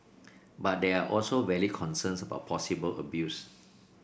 but there are also valid concerns about possible abuse